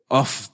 off